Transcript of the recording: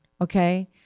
okay